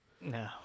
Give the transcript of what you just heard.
No